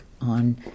on